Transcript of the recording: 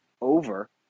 over